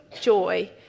joy